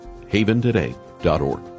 haventoday.org